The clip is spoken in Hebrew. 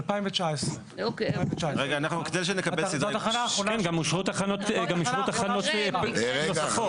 כן, גם אושרו תחנות נוספות.